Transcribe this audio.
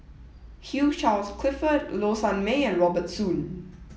Hugh Charles Clifford Low Sanmay and Robert Soon